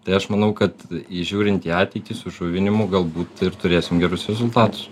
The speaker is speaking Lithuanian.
tai aš manau kad žiūrint į ateitį su įžuvinimu galbūt ir turėsim gerus rezultatus